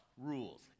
rules